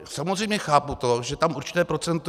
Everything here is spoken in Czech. Samozřejmě chápu to, že tam určité procento je.